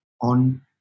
on